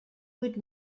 would